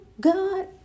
God